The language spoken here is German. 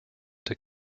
der